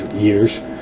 Years